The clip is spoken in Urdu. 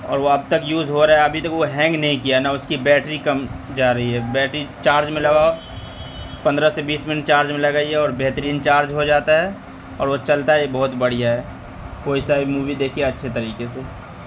اور وہ اب تک یوز ہو رہا ہے ابھی تک وہ ہینگ نہیں کیا نہ اس کی بیٹری کم جا رہی ہے بیٹری چارج میں لگاؤ پندرہ سے بیس منٹ چارج میں لگائیے اور بہترین چارج ہو جاتا ہے اور وہ چلتا بھی بہت بڑھیا ہے کوئی سا بھی مووی دیکھیے اچھے طریقے سے